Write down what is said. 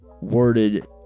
worded